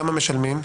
כמה אחוזי התשלום?